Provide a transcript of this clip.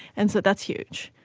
and so that's huge.